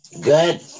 Good